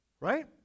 Right